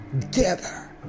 together